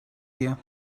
here